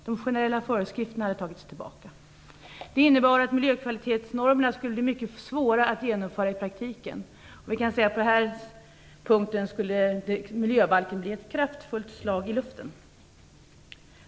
De generella föreskrifterna togs tillbaka. Det innebar att det i praktiken skulle bli mycket svårt att genomföra miljökvalitetsnormerna. På denna punkt skulle miljöbalken bli ett kraftfullt slag i luften.